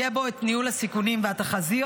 יהיה בו את ניהול הסיכונים והתחזיות,